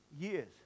years